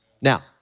Now